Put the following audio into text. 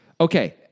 okay